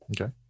Okay